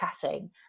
chatting